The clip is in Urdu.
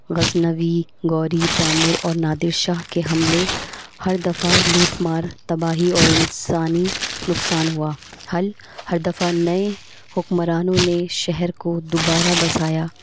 غزنوی غوری تیمور اور نادر شاہ کے حملے ہر دفعہ لوٹ مار تباہی اور انسانی نقصان ہوا حل ہر دفعہ نئے حکمرانوں نے شہر کو دوبارہ بسایا